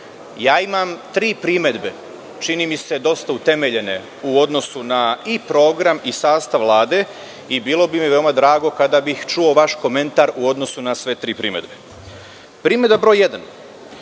tri primedbe, čini mi se, dosta utemeljene u odnosu na program i sastav Vlade i bilo bi mi veoma drago kada bih čuo vaš komentar u odnosu na sve tri primedbe. Primedba broj